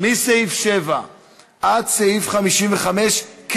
יוסי יונה, איל בן ראובן ויעל